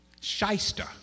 shyster